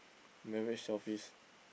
marriage office